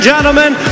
gentlemen